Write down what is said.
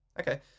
Okay